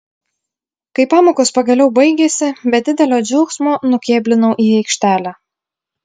kai pamokos pagaliau baigėsi be didelio džiaugsmo nukėblinau į aikštelę